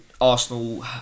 Arsenal